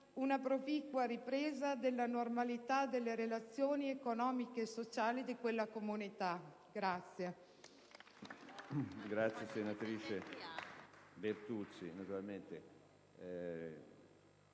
una proficua ripresa della normalità delle relazioni economiche e sociali di quella comunità.